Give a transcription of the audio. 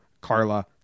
Carla